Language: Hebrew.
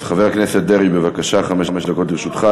חבר הכנסת דרעי, בבקשה, חמש דקות לרשותך.